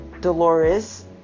Dolores